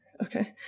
Okay